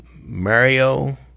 mario